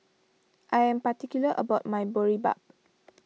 I am particular about my Boribap